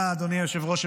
אדוני היושב-ראש,